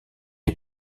est